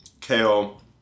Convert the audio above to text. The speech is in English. kale